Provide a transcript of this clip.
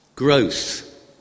Growth